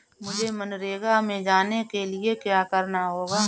मुझे मनरेगा में जाने के लिए क्या करना होगा?